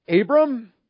Abram